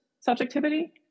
subjectivity